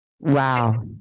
Wow